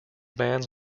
bands